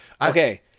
Okay